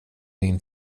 min